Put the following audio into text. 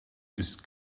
ist